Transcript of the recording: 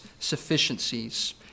sufficiencies